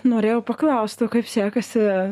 norėjau paklaust o kaip sekasi